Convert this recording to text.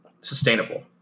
sustainable